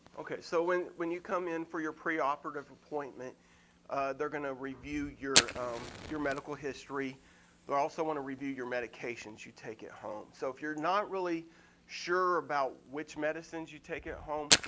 okay so when when you come in for your pre-operative appointment they're gonna review your your medical history but also wanna review your medications you take at home. so if you're not really sure about which medicines you take at home,